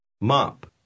Mop